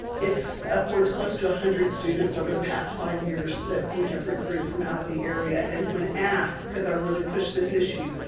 it's upwards close to one hundred students over the past five years that we have recruited from out of the area. and, when asked. cause i really push this issue.